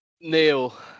Neil